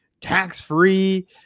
tax-free